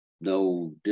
no